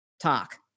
talk